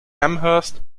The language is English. amherst